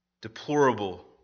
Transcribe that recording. deplorable